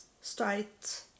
straight